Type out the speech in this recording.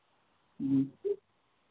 जी